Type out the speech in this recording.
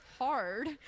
hard